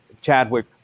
Chadwick